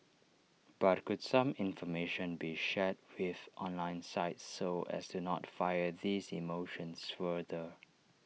but could some information be shared with online sites so as to not fire these emotions further